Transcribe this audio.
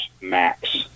max